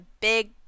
big